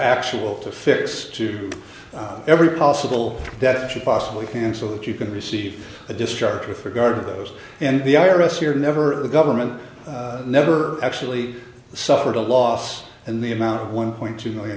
actual to fix to every possible that she possibly can so that you can receive a discharge with regard to those and the i r s you're never the government never actually suffered a loss and the amount of one point two million